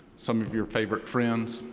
some of your favorite friends,